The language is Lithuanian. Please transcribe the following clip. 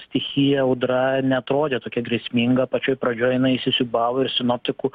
stichija audra neatrodė tokia grėsminga pačioj pradžioj jinai įsisiūbavo ir sinoptikų